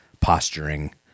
posturing